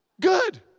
good